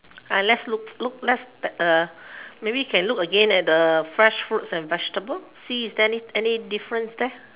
uh let's look look let's uh maybe we can look again at the fresh fruits and vegetable see is there any any difference there